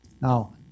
Now